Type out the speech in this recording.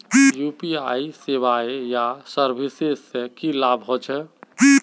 UPI सेवाएँ या services से की लाभ होचे?